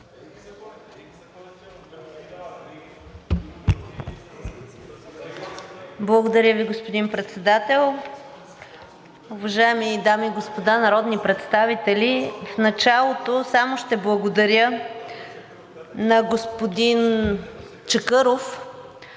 Благодаря Ви, господин Председател. Уважаеми дами и господа народни представители, в началото само ще благодаря на господин Чакъров,